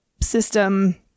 system